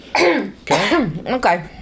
Okay